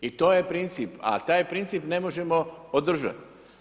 I to je princip, a taj princip ne možemo održati.